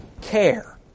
care